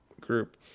group